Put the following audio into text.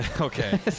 Okay